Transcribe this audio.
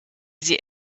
sie